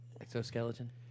exoskeleton